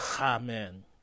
amen